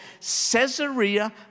Caesarea